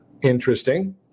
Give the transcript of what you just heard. Interesting